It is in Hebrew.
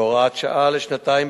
בהוראת שעה לשנתיים.